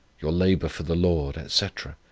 your labour for the lord, etc,